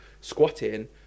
squatting